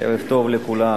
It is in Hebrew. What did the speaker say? ערב טוב לכולם.